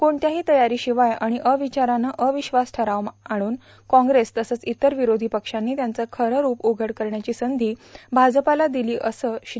कोणत्याही तयारीशिवाय आणि अविचारावे अविश्वास ठ्यव आणून काँग्रेस तसंच इतर विरोधी पक्षांनी त्यांचं खरं रूप उघड करण्याची संधी भाजपाला दिली असं श्री